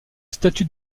statut